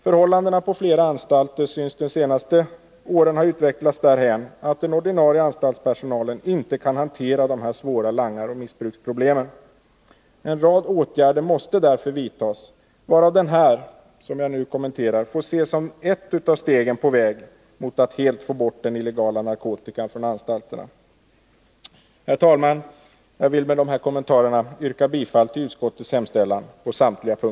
Förhållandena på flera anstalter synes 103 under de senaste åren ha utvecklats därhän att den ordinarie anstaltspersonalen inte kan hantera de svåra langaroch missbruksproblemen. En rad åtgärder måste därför vidtas, varav den som jag nu kommenterar får ses som ett av stegen på väg mot att helt få bort den illegala narkotikan från anstalterna. Herr talman! Jag vill med dessa kommentarer på samtliga punkter yrka bifall till utskottets hemställan.